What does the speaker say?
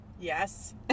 yes